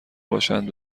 باشند